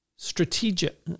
strategic